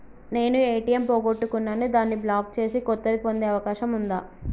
నేను ఏ.టి.ఎం పోగొట్టుకున్నాను దాన్ని బ్లాక్ చేసి కొత్తది పొందే అవకాశం ఉందా?